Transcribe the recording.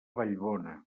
vallbona